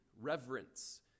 reverence